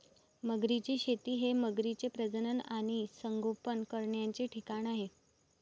मगरींची शेती हे मगरींचे प्रजनन आणि संगोपन करण्याचे ठिकाण आहे